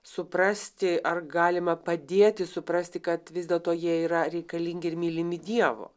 suprasti ar galima padėti suprasti kad vis dėlto jie yra reikalingi ir mylimi dievo